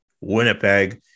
Winnipeg